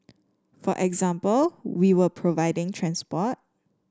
for example we were providing transport